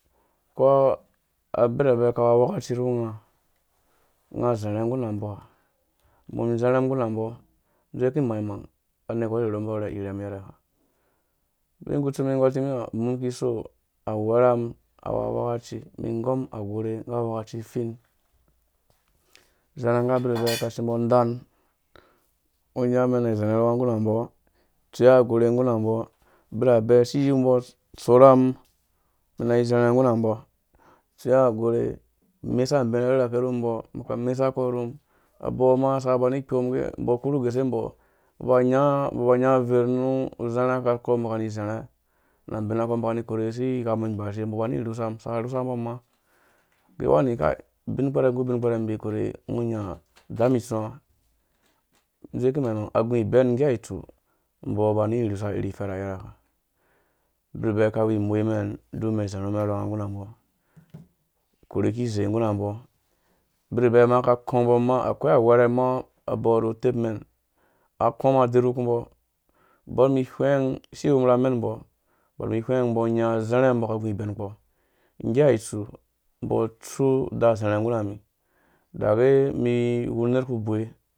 Ukoo abirabe aka awu awakaciru unga, nga azarha nggu rambɔ, umum izarhanggu nambo indzowuku imang-mang anergwar ai rherhumbɔ irhi irhen iyere ha ubinkutsu umum iki inggɔr timĩ hã umum iki iso, awergwarhamum, awa awakoci umum inngɔm agwerhe nggu awakaci ifiĩn izãrhã nggu abirabɛ kasi iwembo udan ungo unya mɛn inã izarhã urhunga nggu rambɔ itsui agwerhe nggu nambɔ abirabe asi iyombɔ utsorham, ina izarha nggu ramb, itsui agwerhe imesa abion arherhehake rumbɔ mbɔ amesu mbɔ nu mum, abɔmaa asaka aba akpo mum age umbɔ akurhu guse mbɔ na anya uver nu uzã ukpiu umbɔ aka am izarha nu abĩna ako umbɔ akani ikorhe asi ighambɔ inggbashi umbɔ umum uma age uwani ubin kpɛrɛ nggu ubin kpɛrɛ iki ĩbee ikikurhe ungo unya udzamum itsũwã ĩdzowukũ imang-mang agũ ibɛnmun ngge itsu umbɔ ani irhusa iferhi iyɛrɛ ha abirabe akawu imoi mɛn duk umɛn izarhumɛn urhonga nggu nambɔ ikurhi ikizee nggu nambɔ abirbɛ aka kõmbo umum akoi awerha mum uma abɔ ru utepmɛn akɔ̃mum aderukumbɔ ubɔr mum ihweng ɔisi wemum ra amɛnmunbɔ atsu uda uzarha nggurami uda age umum iwu uner uku bowe